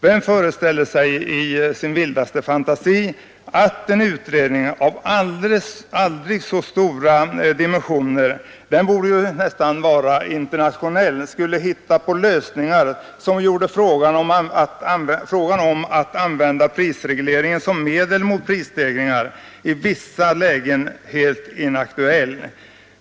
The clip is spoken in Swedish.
Vem föreställer sig i sin vildaste fantasi att en utredning av aldrig så stora dimensioner — den borde ju nästan vara internationell — skulle kunna hitta på lösningar som gjorde prisregleringen som medel mot prisstegringar i vissa lägen helt inaktuell.